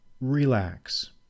relax